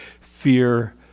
fear